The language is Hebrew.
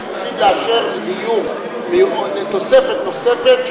בבתים חדשים צריכים לאשר דיור לתוספת נוספת,